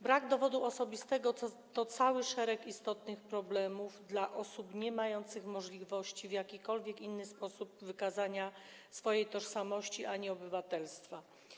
Brak dowodu osobistego to cały szereg istotnych problemów dla osób niemających możliwości w jakikolwiek inny sposób potwierdzenia swojej tożsamości ani obywatelstwa.